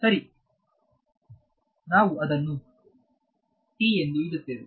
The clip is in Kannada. ಸರಿನಾವು ಅದನ್ನು ಎಂದು ಇಡುತ್ತೇವೆ